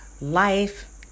life